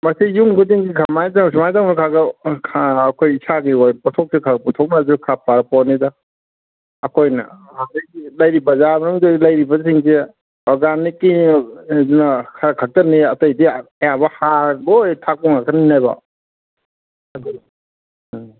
ꯃꯁꯤ ꯌꯨꯝ ꯈꯨꯗꯤꯡꯒꯤ ꯁꯃꯥꯏ ꯁꯃꯥꯏ ꯇꯧꯅ ꯈꯒ ꯑꯩꯈꯣꯏ ꯏꯁꯥꯒꯤ ꯑꯣꯏꯕ ꯄꯣꯠꯊꯣꯛꯁꯦ ꯈꯒ ꯄꯨꯊꯣꯛꯅꯕꯁꯨ ꯈꯔ ꯐꯒ꯭ꯔ ꯄꯣꯠꯅꯤꯗ ꯑꯩꯈꯣꯏꯅ ꯑꯥꯗꯒꯤ ꯂꯩꯔꯤꯕ ꯕꯖꯥꯔ ꯃꯅꯨꯡꯗꯒꯤ ꯂꯩꯔꯤꯕꯁꯤꯡꯁꯦ ꯑꯣꯔꯒꯥꯅꯤꯛꯀꯤꯅ ꯈꯔ ꯈꯛꯇꯅꯤ ꯑꯇꯩꯗꯤ ꯑꯌꯥꯝꯕ ꯍꯥꯔ ꯂꯣꯏ ꯊꯥꯛꯄ ꯉꯥꯛꯇꯅꯤꯅꯀꯣ ꯑꯗꯨ ꯎꯝ